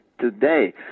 today